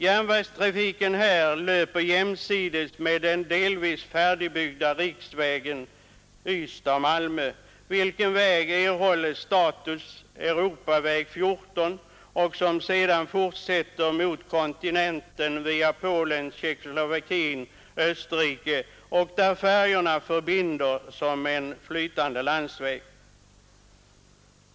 Järnvägstrafiken löper jämsides med den delvis färdigbyggda riksvägen Ystad-Malmö, vilken väg erhållit status E 14 och fortsätter mot kontinenten via Polen, Tjeckoslovakien och Österrike och där färjorna förbinder som en flytande landsväg.